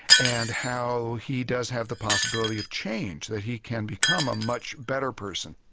and how he does have the possibility of change, that he can become a much better person.